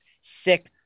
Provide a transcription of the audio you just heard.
sick